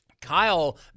Kyle